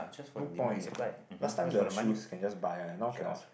no point eh last time the shoes can just buy one now cannot